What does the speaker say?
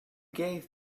gave